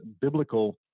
biblical